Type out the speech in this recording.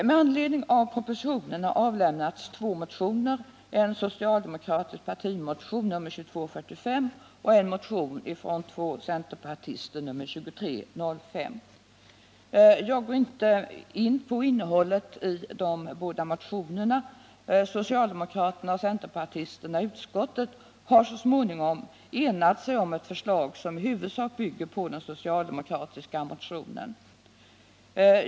Med anledning av propositionen har avlämnats två motioner, en socialdemokratisk partimotion, nr 2245, och en motion från två centerpartister, nr 2305. Jag går inte här in på innehållet i de båda motionerna. Socialdemokraterna och centerpartisterna i utskottet har så småningom enat sig om ett förslag som i huvudsak bygger på den socialdemokratiska motionen.